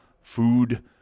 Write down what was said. food